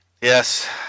Yes